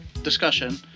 discussion